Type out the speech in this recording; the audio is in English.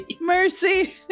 Mercy